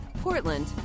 Portland